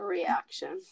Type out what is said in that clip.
Reaction